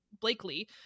Blakely